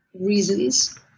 reasons